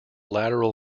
lateral